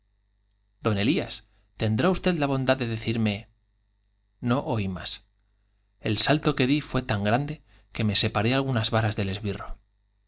un ayuntamiento usted la bondad de de don elias tendrá cirme no oí más el salto que di fué grande tan me que separé algunas varas del esbirro